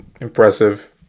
impressive